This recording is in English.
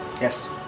Yes